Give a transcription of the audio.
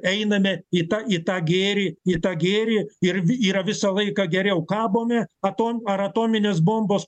einame į tą į tą gėrį į tą gėrį ir vy yra visą laiką geriau kabome atom ar atominės bombos